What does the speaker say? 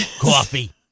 Coffee